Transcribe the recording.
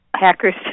hackers